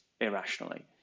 irrationally